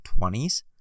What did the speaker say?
20s